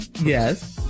Yes